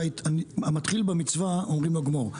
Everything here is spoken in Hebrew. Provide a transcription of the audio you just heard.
המתחיל במצווה אומרים לו גמור.